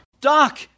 Doc